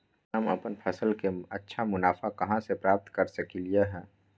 हम अपन फसल से अच्छा मुनाफा कहाँ से प्राप्त कर सकलियै ह?